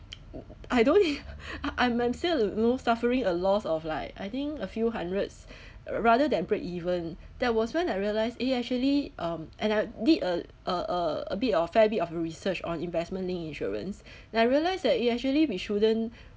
I don't I'm I'm still you know suffering a loss of like I think a few hundreds rather than break even that was when I realised eh actually um and I did uh a a bit of a fair bit of research on investment-linked insurance I realise that eh actually we shouldn't